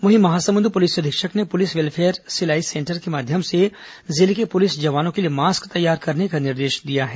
वहीं महासमुंद पुलिस अधीक्षक ने पुलिस वेलफेयर सिलाई सेंटर के माध्यम से जिले के पुलिस जवानों के लिए मास्क तैयार करने का निर्देश दिया है